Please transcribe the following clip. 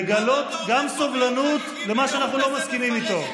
לגלות סובלנות גם למה שאנחנו לא מסכימים איתו.